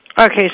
Okay